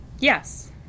Yes